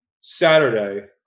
Saturday